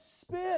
spit